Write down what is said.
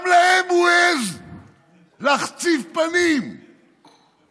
גם להם הוא העז להחציף פנים ולומר: